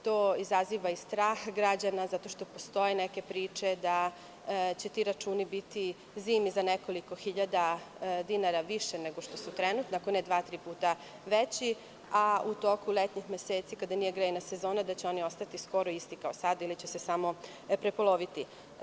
To izaziva i strah građana zato što postoje neke priče da će ti računi biti zimi za nekoliko hiljada dinara više nego što su trenutno, ako ne i dva, tri puta veći, a u toku letnjih meseci, kada nije grejna sezona, da će oni ostati skoro isti kao sada ili će se samo prepoloviti.